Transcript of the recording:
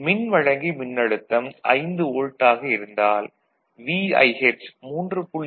மின்வழங்கி மின்னழுத்தம் 5 வோல்ட் ஆக இருந்தால் VIH 3